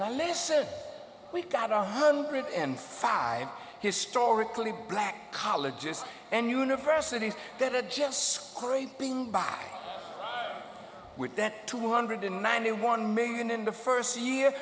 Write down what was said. listen we've got a hundred and five historically black colleges and universities that are just scraping by load with that two hundred ninety one million in the first year